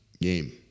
game